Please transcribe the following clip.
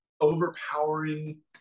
overpowering